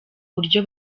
buryo